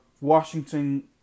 washington